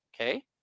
Okay